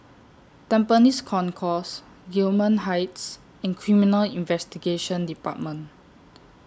Tampines Concourse Gillman Heights and Criminal Investigation department